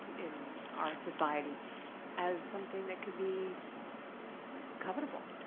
in our society as something that could be covetable,